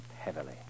heavily